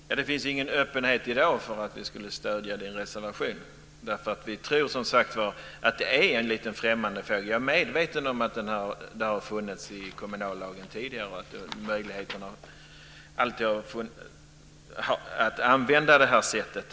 Fru talman! Det finns ingen öppenhet i dag för att vi skulle stödja Helena Hillar Rosenqvists reservation, därför att vi tror som sagt att detta är en liten främmande fågel. Jag är medveten om att kommunallagen tidigare har inneburit en möjlighet att använda det här sättet.